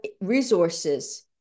resources